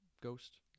ghost